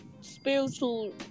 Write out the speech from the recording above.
spiritual